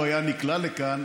לו היה נקלע לכאן,